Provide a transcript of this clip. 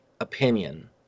opinion